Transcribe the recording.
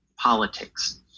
politics